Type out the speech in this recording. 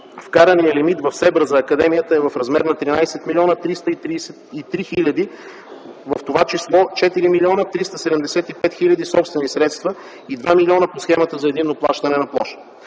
вкараният лимит в евро за академията е в размер на 13 млн. 333 хил., в това число 4 млн. 375 хил. собствени средства и 2 млн. по схемата за единно плащане на площ.